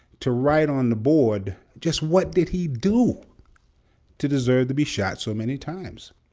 to write on the board, just what did he do to deserve to be shot so many times?